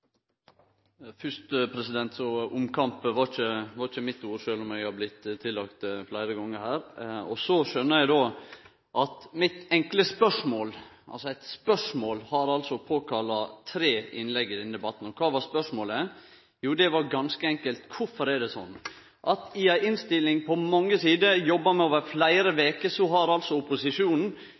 var ikkje mitt ord, sjølv om eg har blitt tillagt det fleire gonger her. Så skjønnar eg at mitt enkle spørsmål altså har påkalla tre innlegg i denne debatten. Kva var spørsmålet? Jo, det var ganske enkelt: Kvifor er det sånn at i ei innstilling på mange sider som det har vore jobba med over fleire veker, har opposisjonen